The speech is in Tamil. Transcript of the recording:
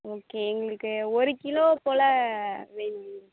ஓகே எங்களுக்கு ஒரு கிலோ போல் வேணும் எங்களுக்கு